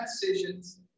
decisions